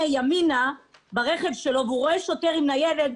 ימינה ברכב שלו והוא רואה שוטר עם ניידת,